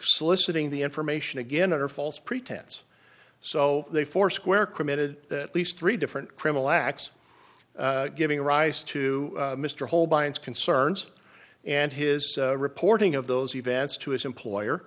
soliciting the information again under false pretense so they foursquare committed at least three different criminal acts giving rise to mr holbein's concerns and his reporting of those events to his employer